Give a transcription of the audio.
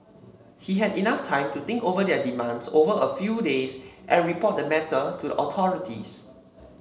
he had enough time to think over their demands over a few days and report the matter to the authorities